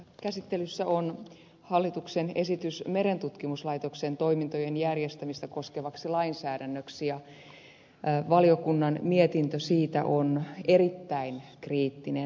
käsittelyssä on hallituksen esitys merentutkimuslaitoksen toimintojen järjestämistä koskevaksi lainsäädännöksi ja valiokunnan mietintö siitä on erittäin kriittinen